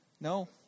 No